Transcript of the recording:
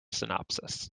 synopsis